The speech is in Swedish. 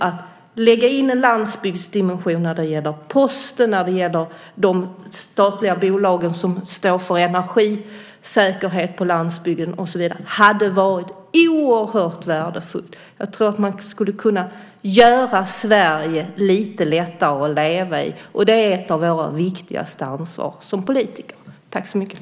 Att lägga in en landsbygdsdimension när det gäller Posten, de statliga bolag som står för energisäkerhet på landsbygden och så vidare tror jag vore oerhört värdefullt. Jag tror att man skulle kunna göra Sverige lite lättare att leva i, och det är en av de viktigaste saker vi har ansvar för som politiker.